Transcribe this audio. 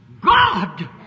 God